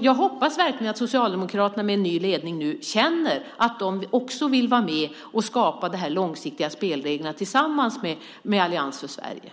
Jag hoppas verkligen att Socialdemokraterna med en ny ledning nu känner att de också vill vara med och skapa långsiktiga spelregler tillsammans med Allians för Sverige.